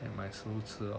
来买食物吃 lah